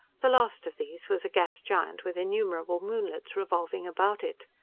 the last of these was a gas giant with innumerable moonlets revolving about it.